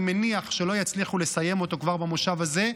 אני מניח שלא יצליחו לסיים אותו כבר במושב הזה,